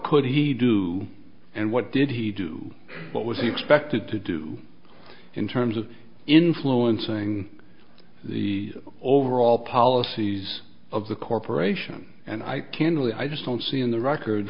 could he do and what did he do what was he expected to do in terms of influencing the overall policies of the corporation and i candidly i just don't see in the record